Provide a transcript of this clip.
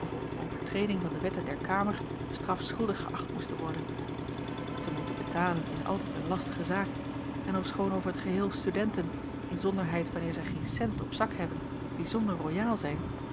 overtreding van de wetten der kamer strafschuldig geächt moesten worden te moeten betalen is altijd een lastige zaak en ofschoon over t geheel studenten inzonderheid wanneer zij geen cent op zak hebben bijzonder roiaal zijn